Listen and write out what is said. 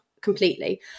completely